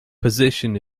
position